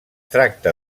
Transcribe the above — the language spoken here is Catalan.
tracta